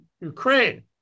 Ukraine